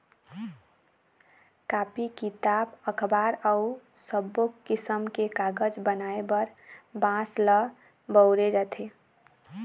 copy, किताब, अखबार अउ सब्बो किसम के कागज बनाए बर बांस ल बउरे जाथे